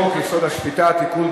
חוק-יסוד: השפיטה (תיקון,